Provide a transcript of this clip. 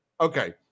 okay